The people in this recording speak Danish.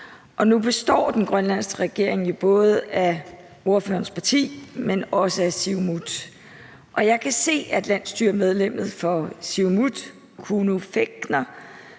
nu består den grønlandske regering jo både af ordførerens parti, men også af Siumut. Jeg kan se, at landsstyremedlemmet for Siumut Kuno Fencker